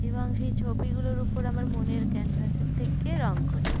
এবং সেই ছবিগুলোর উপর আমার মনের ক্যানভাসের থেকে রঙ করি